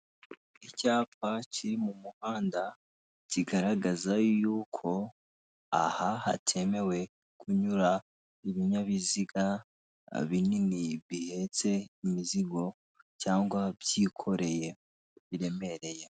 Icyapa kiri mu muhanda, kigaragaza yuko aha hatemewe kunyura ibinyabiziga binini bihetse imizigo, cyangwa byikoreye, biremereye.